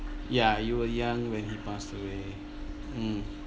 ya you were young when he passed away mm